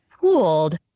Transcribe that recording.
pooled